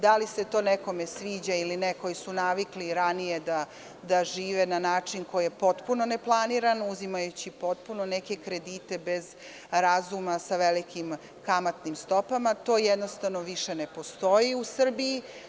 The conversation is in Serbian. Da li se to nekome sviđa ili ne, koji su navikli ranije da žive na način koji je potpuno ne planiran, uzimajući potpuno neke kredite bez razuma sa velikim kamatnim stopama, to više ne postoji u Srbiji.